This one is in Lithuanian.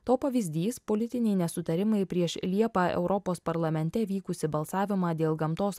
to pavyzdys politiniai nesutarimai prieš liepą europos parlamente vykusį balsavimą dėl gamtos